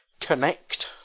connect